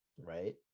right